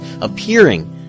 appearing